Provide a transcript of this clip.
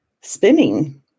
spinning